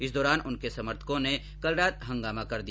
इस दौरान उनके समर्थकों ने कल रात हंगामा कर दिया